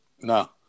No